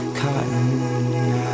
Cotton